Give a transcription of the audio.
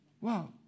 wow